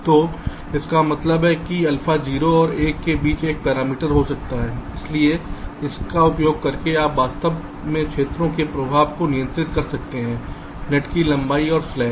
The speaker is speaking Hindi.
तो इसका मतलब है कि अल्फा 0 और 1 के बीच एक पैरामीटर हो सकता है इसलिए इसका उपयोग करके आप वास्तव में क्षेत्र के प्रभाव को नियंत्रित कर सकते हैं नेट की लंबाई और स्लैक